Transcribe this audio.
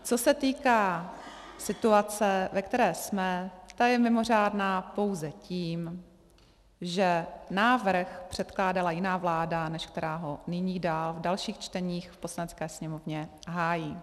Co se týká situace, ve které jsme, ta je mimořádná pouze tím, že návrh předkládala jiná vláda, než která ho nyní dál v dalších čteních v Poslanecké sněmovně hájí.